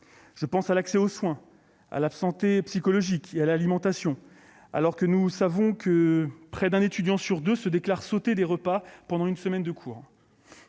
Je pense à l'accès aux soins, à la santé psychologique et à l'alimentation, quand nous savons que près d'un étudiant sur deux déclare sauter des repas pendant une semaine de cours.